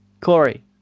Corey